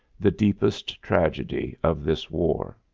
the deepest tragedy of this war.